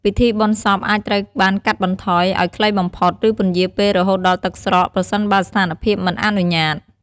ពិធីបុណ្យសពអាចត្រូវបានកាត់បន្ថយឲ្យខ្លីបំផុត ឬពន្យារពេលរហូតដល់ទឹកស្រក ប្រសិនបើស្ថានភាពមិនអនុញ្ញាត។